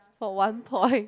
for one point